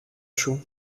σου